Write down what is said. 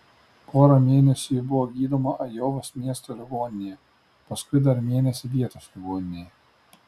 porą mėnesių ji buvo gydoma ajovos miesto ligoninėje paskui dar mėnesį vietos ligoninėje